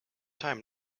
time